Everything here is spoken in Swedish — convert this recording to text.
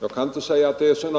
Jag kan inte säga att det är så